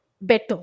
better